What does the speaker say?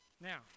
Now